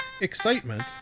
Excitement